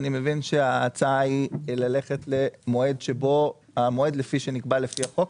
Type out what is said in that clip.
אני מבין שההצעה היא ללכת למועד שנקבע לפי החוק.